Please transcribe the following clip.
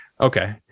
Okay